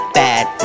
bad